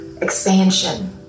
expansion